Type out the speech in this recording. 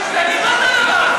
בקריאה ראשונה.